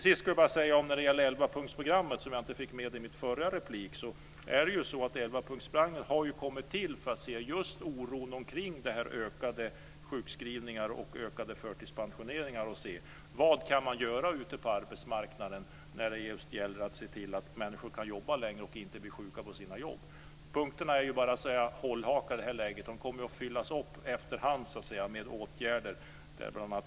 Sist var det frågan om 11-punktsprogrammet, som jag inte hann få med i min förra replik. 11 punktsprogrammet har tagits fram just på grund av oron för det ökade antalet sjukskrivningar och förtidspensioneringar. Vad kan göras på arbetsmarknaden så att människor kan jobba längre och inte bli sjuka av sina jobb? Punkterna är i det här läget hållhakar. De kommer att efterhand fyllas upp med åtgärder.